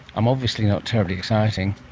i'm obviously not terribly exciting.